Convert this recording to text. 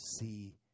see